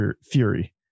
Fury